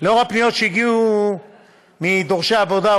לנכוח פניות שהגיעו מדורשי העבודה,